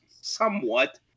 somewhat